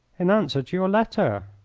in answer to your letter.